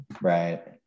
Right